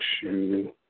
shoe